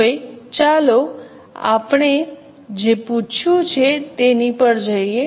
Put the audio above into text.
હવે ચાલો આપણે જે પૂછ્યું છે એની પર જઈએ